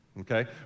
Okay